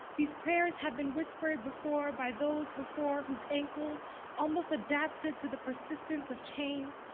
these prayers have been whispered before by those before whose ankles almost adapted to the persistence of chains,